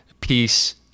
peace